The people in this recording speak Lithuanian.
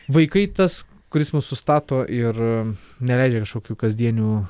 vaikai tas kuris mus sustato ir neleidžia kažkokių kasdienių